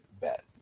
bet